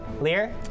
Lear